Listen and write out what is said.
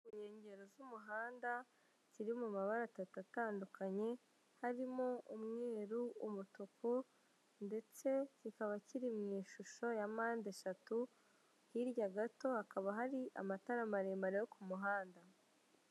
Inkengero z'umuhanda ziri mu mabara atatu atandukanye, harimo umweru, umutuku ndetse kikaba kiri mu ishusho ya mpandeshatu, hirya gato hakaba hari amatara maremare yo ku muhanda.